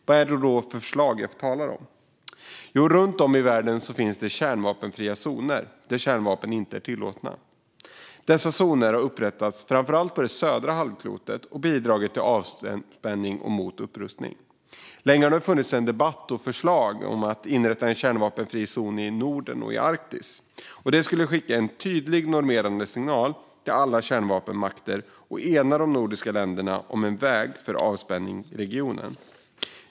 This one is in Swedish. Vilka förslag är det jag talar om? Jo, runt om i världen finns det kärnvapenfria zoner där inte kärnvapen är tillåtna. Dessa zoner har upprättats på framför allt det södra halvklotet och har bidragit till avspänning och mot upprustning. Länge har det funnits en debatt och förslag om att inrätta en kärnvapenfri zon i Norden och i Arktis. Det skulle skicka en tydlig normerande signal till alla kärnvapenmakter och ena de nordiska länderna om en väg för avspänning i regionen.